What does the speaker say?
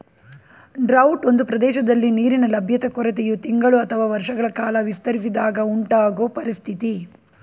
drought ಒಂದು ಪ್ರದೇಶದಲ್ಲಿ ನೀರಿನ ಲಭ್ಯತೆ ಕೊರತೆಯು ತಿಂಗಳು ಅಥವಾ ವರ್ಷಗಳ ಕಾಲ ವಿಸ್ತರಿಸಿದಾಗ ಉಂಟಾಗೊ ಪರಿಸ್ಥಿತಿ